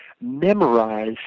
memorize